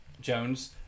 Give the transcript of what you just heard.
Jones